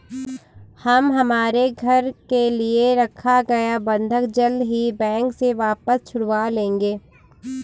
हम हमारे घर के लिए रखा गया बंधक जल्द ही बैंक से वापस छुड़वा लेंगे